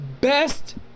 best